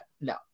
no